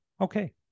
okay